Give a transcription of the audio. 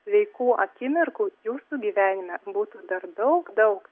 sveikų akimirkų jūsų gyvenime būtų dar daug daug